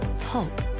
hope